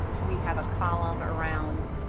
we have a column around